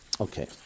Okay